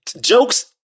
jokes